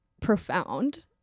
profound